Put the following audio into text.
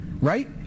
Right